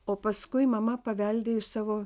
o paskui mama paveldėjo iš savo